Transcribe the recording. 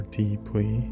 deeply